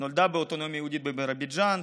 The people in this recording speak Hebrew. נולדה באוטונומיה היהודית בבירוביג'ן,